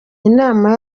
inama